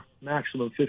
maximum